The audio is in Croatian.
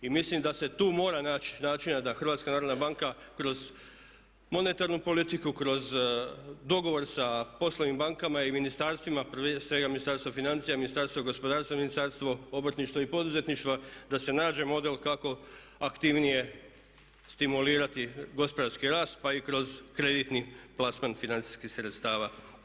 I mislim da se tu mora naći načina da HNB kroz monetarnu politiku, kroz dogovor sa poslovnim bankama i ministarstvima, prije svega Ministarstvom financija, Ministarstvom gospodarstva i Ministarstvom obrtništva i poduzetništva da se nađe model kako aktivnije stimulirati gospodarski rast pa i kroz kreditni plasman financijskih sredstava.